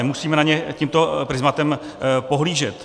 Musíme na ně tímto prizmatem pohlížet.